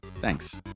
thanks